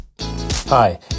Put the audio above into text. Hi